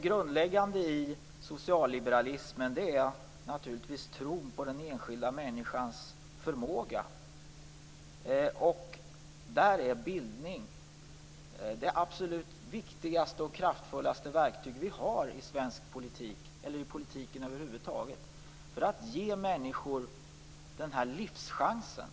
Grundläggande i socialliberalismen är tron på den enskilda människans förmåga, och bildning är det absolut viktigaste och kraftfullaste verktyg som vi har i svensk politik eller i politiken över huvud taget för att ge människor livschanser.